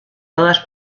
todas